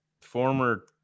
former